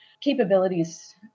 capabilities